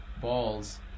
balls